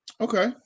Okay